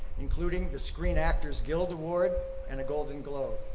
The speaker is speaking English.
including the screen actors guild award and a golden globe.